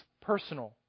personal